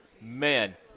man